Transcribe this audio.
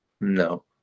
No